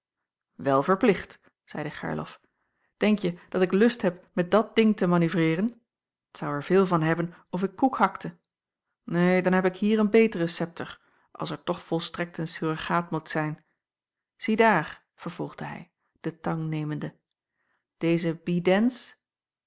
wel verplicht zeide gerlof denkje dat ik lust heb met dat ding te manoeuvreeren t zou er veel van hebben of ik koek hakte neen dan heb ik hier een beteren septer als er toch volstrekt een surrogaat moet zijn ziedaar vervolgde hij de tang nemende deze